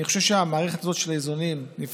אני חושב שהמערכת הזאת של האיזונים נבחנת